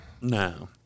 No